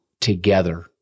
together